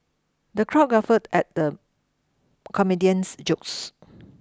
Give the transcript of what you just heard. the crowd guffawed at the comedian's jokes